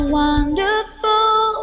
wonderful